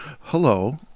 hello